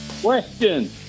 question